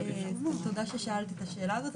תודה ששאלת את השאלה הזאת.